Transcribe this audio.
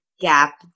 gap